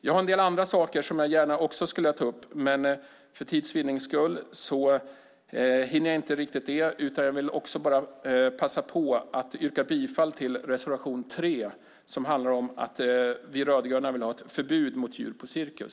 Jag har en del andra saker som jag gärna också skulle vilja ta upp, men jag hinner inte riktigt det utan för tids vinnande vill jag bara passa på att yrka bifall till reservation 3 som handlar om att vi rödgröna vill ha ett förbud mot djur på cirkus.